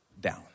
down